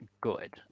good